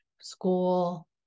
school